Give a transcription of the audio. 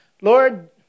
Lord